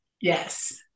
Yes